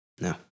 No